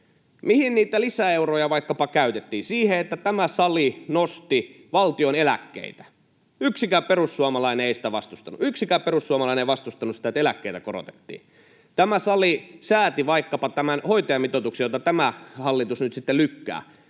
mihin niitä lisäeuroja vaikkapa käytettiin. Siihen, että tämä sali nosti valtion eläkkeitä. Yksikään perussuomalainen ei sitä vastustanut. Yksikään perussuomalainen ei vastustanut sitä, että eläkkeitä korotettiin. Tämä sali sääti vaikkapa tämän hoitajamitoituksen, jota tämä hallitus nyt sitten lykkää.